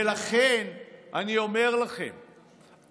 ולכן אני אומר לכם,